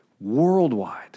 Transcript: Worldwide